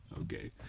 Okay